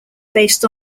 based